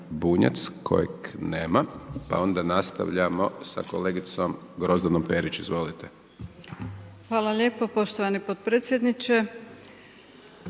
Bunjac, kojeg nema, pa onda nastavljamo sa kolegicom Grozdanom Perić, izvolite. **Perić, Grozdana (HDZ)** Hvala lijepo poštovani potpredsjedniče.